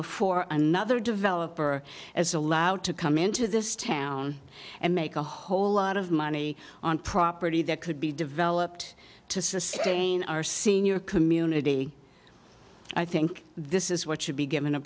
before another developer as allowed to come into this town and make a whole lot of money on property that could be developed to sustain our senior community i think this is what should be given a